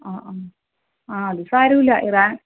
ആ ആ അത് സാരമില്ല ഇറാൻ